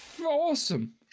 Awesome